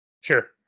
Sure